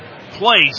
place